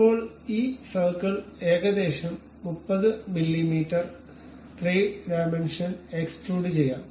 ഇപ്പോൾ ഈ സർക്കിൾ ഏകദേശം 30 മില്ലീമീറ്റർ 3ഡിമെൻഷൻ എക്സ്ട്രൂഡ് ചെയ്യാം